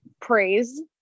praise